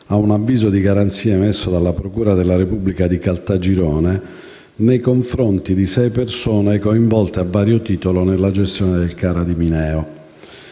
ad un avviso di garanzia emesso dalla procura della Repubblica di Caltagirone nei confronti di sei persone coinvolte a vario titolo nella gestione del CARA di Mineo.